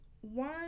one